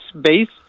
based